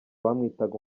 bamwitaga